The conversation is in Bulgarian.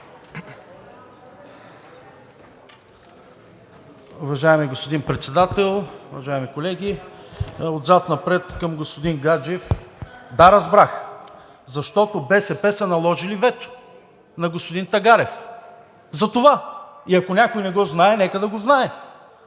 господин Председател, уважаеми колеги, отзад напред към господин Гаджев. Да, разбрах, защото БСП са наложили вето на господин Тагарев, затова и ако някой не го знае, нека да го знае.